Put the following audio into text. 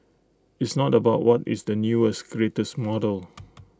it's not about what is the newest greatest model